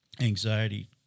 anxiety